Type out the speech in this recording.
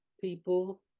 people